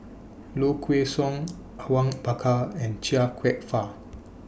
Low Kway Song Awang Bakar and Chia Kwek Fah